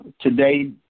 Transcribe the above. Today